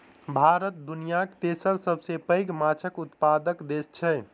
भारत दुनियाक तेसर सबसे पैघ माछक उत्पादक देस छै